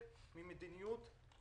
אז פה מופיע השחלוף של